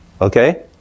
Okay